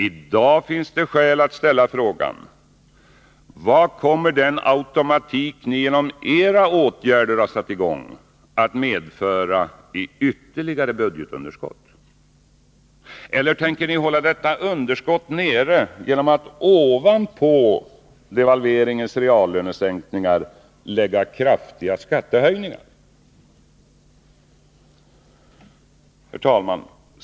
I dag finns det skäl att fråga: Vad kommer den automatik som ni genom era åtgärder har satt i gång att medföra i ytterligare budgetunderskott? Eller tänker ni hålla detta underskott nere genom att ovanpå devalveringens reallönesänkningar lägga kraftiga skattehöjningar?